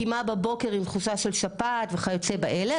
קימה בבוקר עם תחושה של שפעת וכיוצא באלה,